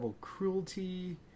Cruelty